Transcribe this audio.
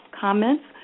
comments